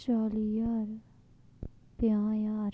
चाली ज्हार पंजाह् ज्हार